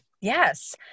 Yes